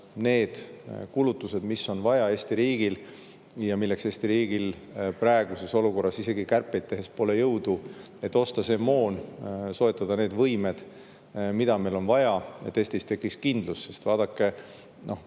need kulutused, mida on vaja Eesti riigil ja milleks riigil praeguses olukorras isegi kärpeid tehes pole jõudu, et osta see moon, soetada need võimed, mida meil on vaja, et Eestis tekiks kindlus. Sest vaadake,